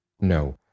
No